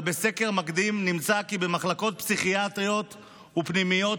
אבל בסקר מקדים נמצא כי במחלקות פסיכיאטריות ופנימיות